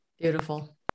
Beautiful